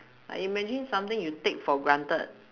I imagine something you take for granted